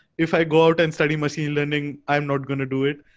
if i go out and study machine learning, i'm not going to do it.